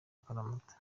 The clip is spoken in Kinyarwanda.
akaramata